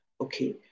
Okay